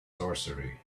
sorcery